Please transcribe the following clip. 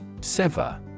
Seva